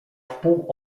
wpół